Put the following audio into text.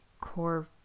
core